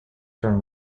from